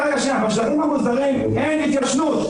המוסדרים אין התיישנות.